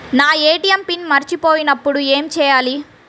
నా ATM PIN మరచిపోయినప్పుడు ఏమి చేయాలి?